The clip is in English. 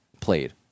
played